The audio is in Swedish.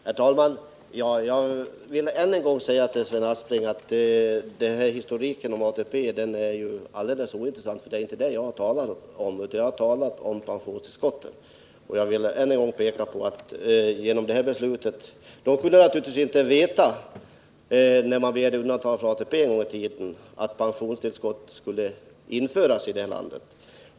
Herr talman! Jag vill än en gång säga till Sven Aspling att historiken om ATP är alldeles ointressant i detta sammanhang. Det är inte ATP jag talar om, utan jag talar om pensionstillskotten. När de nu berörda människorna en gångi tiden begärde undantag från ATP kunde de naturligtvis inte veta att ett system med pensionstillskott skulle införas.